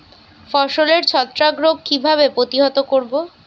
ফসলের ছত্রাক রোগ কিভাবে প্রতিহত করব?